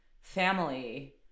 family